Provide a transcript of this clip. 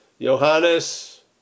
Johannes